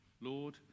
Lord